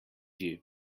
you